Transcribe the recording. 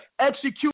execute